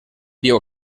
diu